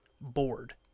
bored